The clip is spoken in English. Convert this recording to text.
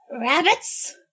Rabbits